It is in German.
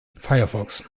firefox